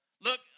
Look